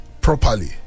properly